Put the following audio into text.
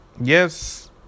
yes